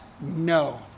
no